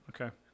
Okay